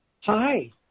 Hi